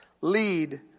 lead